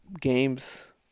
Games